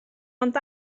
ond